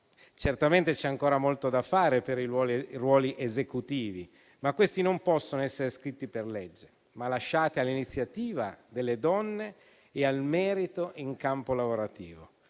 Certamente c'è ancora molto da fare per i ruoli esecutivi, ma questi non possono essere scritti per legge, bensì lasciati all'iniziativa delle donne e al merito in campo lavorativo.